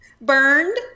Burned